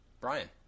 Brian